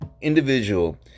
individual